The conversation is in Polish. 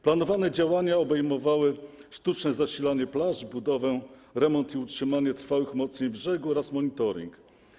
Planowane działania obejmowały sztuczne zasilanie plaż, budowę, remont i utrzymanie trwałych umocnień brzegu oraz monitoring.